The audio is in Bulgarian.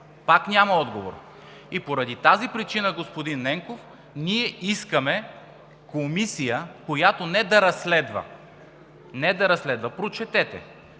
Пак няма отговор! Поради тази причина, господин Ненков, ние искаме комисия, която не да разследва – не да разследва! – прочетете,